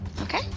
okay